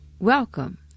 Welcome